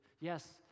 Yes